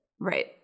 Right